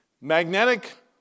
Magnetic